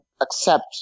accept